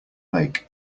lake